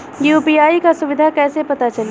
UPI क सुविधा कैसे पता चली?